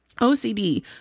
OCD